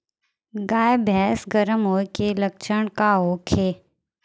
गाय भैंस गर्म होय के लक्षण का होखे?